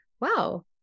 wow